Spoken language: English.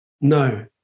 No